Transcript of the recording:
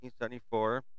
1974